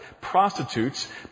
Prostitutes